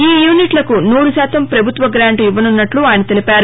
ఈ యూనిట్లకు సూరుశాతం ప్రభుత్వ గ్రాంటు ఇవ్వసున్నట్ల ఆయన తెలిపారు